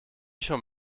schon